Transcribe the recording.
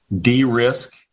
de-risk